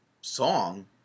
song